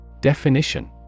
Definition